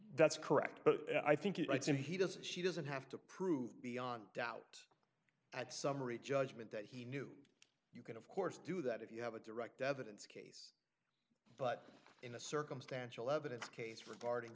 that's correct but i think it might seem he doesn't she doesn't have to prove beyond doubt at summary judgment that he knew you can of course do that if you have a direct evidence case but in a circumstantial evidence case regarding